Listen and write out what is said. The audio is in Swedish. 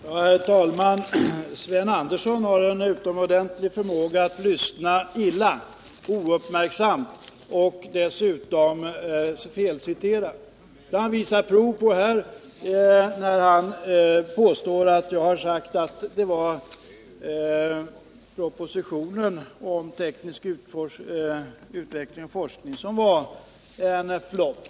Herr talman! Sven Andersson har en utomordentlig förmåga att lyssna illa och ouppmärksamt. Dessutom felciterade han. Det har han visat prov på här när han påstår att jag har sagt att det var propositionen om teknisk utveckling och forskning som var en flop.